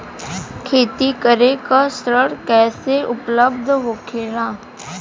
खेती करे के ऋण कैसे उपलब्ध होखेला?